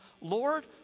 Lord